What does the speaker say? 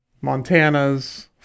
Montana's